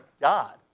God